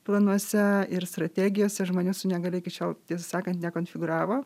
planuose ir strategijose žmonėm su negalia iki šiol tiesą sakant nekonfiguravo